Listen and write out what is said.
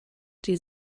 die